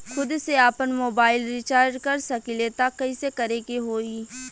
खुद से आपनमोबाइल रीचार्ज कर सकिले त कइसे करे के होई?